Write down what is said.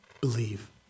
believe